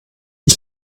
ich